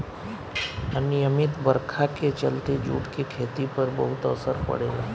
अनिमयित बरखा के चलते जूट के खेती पर बहुत असर पड़ेला